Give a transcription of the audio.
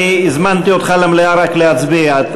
אני הזמנתי אותך למליאה רק להצביע.